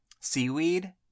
Seaweed